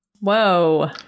Whoa